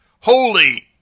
holy